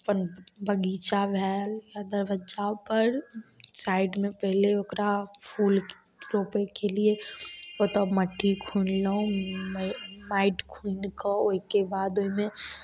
अपन बगीचा भयल या दरबज्जापर साइडमे पहिले ओकरा फूल रोपेके लिए ओतऽ मट्टी खोनलहुँ माटि खुनिकऽ ओइके बाद ओइमे